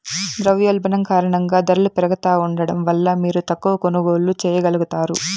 ద్రవ్యోల్బణం కారణంగా దరలు పెరుగుతా ఉండడం వల్ల మీరు తక్కవ కొనుగోల్లు చేయగలుగుతారు